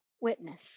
witness